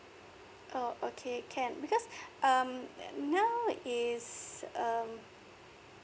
oh okay can because um now is um